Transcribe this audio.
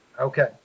Okay